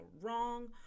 wrong